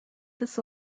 this